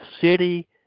city